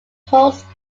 husk